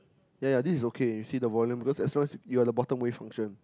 ya ya this is okay you see the volume because as long as you are the bottom wave function